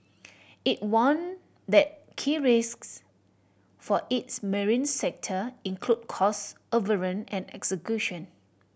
it warned that key risks for its marine sector include cost overrun and execution